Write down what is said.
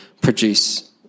produce